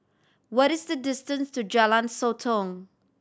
what is the distance to Jalan Sotong